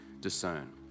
discern